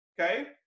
okay